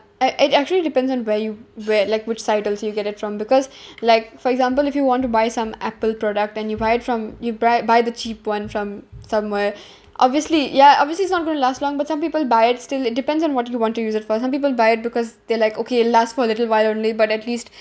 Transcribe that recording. uh it actually depends on where you where like which sites those you get it from because like for example if you want to buy some apple product then you buy it from you bri~ buy the cheap one from somewhere obviously ya obviously it's not going to last long but some people buy it still it depends on what you want to use it for some people buy it because they like okay last for a little while only but at least